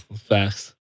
Facts